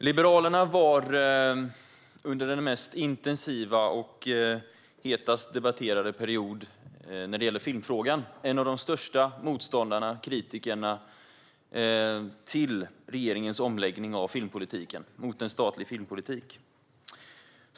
Herr talman! Under den mest intensiva perioden och hetaste debatten när det gäller filmfrågan var Liberalerna en av de största motståndarna och skarpt kritiska till regeringens omläggning av filmpolitiken mot en statlig filmpolitik.